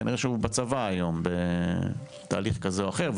כנראה שהוא בצבא היום בתהליך כזה או אחר.